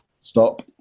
stop